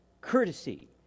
courtesy